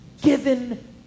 given